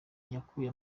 yakuye